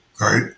right